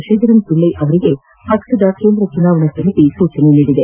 ಶ್ರೀಧರನ್ ಪಿಳ್ಳೈ ಅವರಿಗೆ ಪಕ್ಷದ ಕೇಂದ್ರ ಚುನಾವಣಾ ಸಮಿತಿ ಸೂಚಿಸಿದೆ